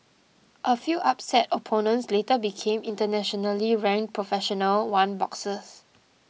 a few upset opponents later became internationally ranked professional one boxers